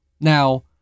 Now